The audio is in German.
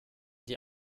die